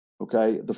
Okay